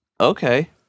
Okay